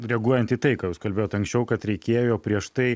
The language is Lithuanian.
reaguojant į tai ką jūs kalbėjot anksčiau kad reikėjo prieš tai